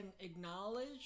acknowledge